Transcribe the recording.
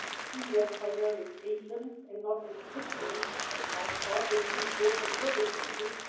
um seeing them primarily as agents and not as victims caught in unfortunate circumstances,